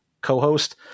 co-host